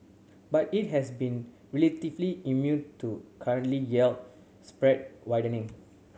but it has been relatively immune to currently yield spread widening